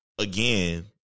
Again